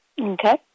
Okay